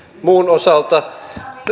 muun osalta